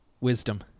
Wisdom